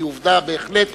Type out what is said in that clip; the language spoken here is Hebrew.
היא עובדה בהחלט